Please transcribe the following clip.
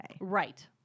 Right